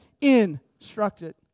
instructed